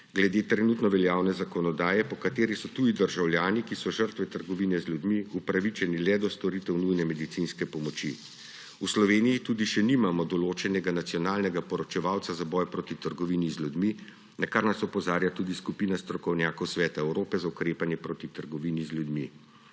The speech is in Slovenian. glede trenutno veljavne zakonodaje, po kateri so tuji državljani, ki so žrtve trgovine z ljudmi, upravičeni le do storitev nujne medicinske pomoči. V Sloveniji tudi še nimamo določenega nacionalnega poročevalca za boj proti trgovini z ljudmi, na kar nas opozarja tudi skupina strokovnjakov Sveta Evrope za ukrepanje proti trgovini z ljudmi.